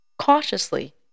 cautiously